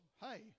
hey